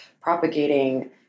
propagating